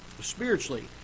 spiritually